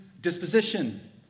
disposition